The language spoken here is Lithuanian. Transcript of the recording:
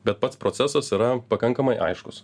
bet pats procesas yra pakankamai aiškus